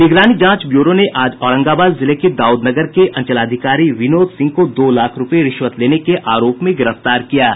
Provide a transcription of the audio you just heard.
निगरानी जांच ब्यूरो ने आज औरंगाबाद जिले के दाउदनगर के अंचलाधिकारी विनोद सिंह को दो लाख रुपये रिश्वत लेने के आरोप में गिरफ्तार किया है